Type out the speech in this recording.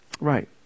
Right